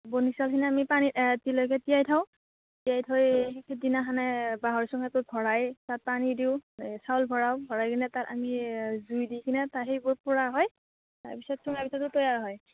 বনি চাউলখিনি আমি পানীত তিয়াই থওঁ তিয়াই থৈ পিছদিনখনে বাঁহৰ চুঙাটোত ভৰাই তাত পানী দিওঁ এই চাউল ভৰাওঁ ভৰাই কিনে তাত আমি জুই দি কিনে তাত সেইবোৰ পোৰা হয় তাৰপিছত চুঙাটো তৈয়াৰ হয়